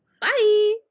Bye